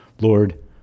Lord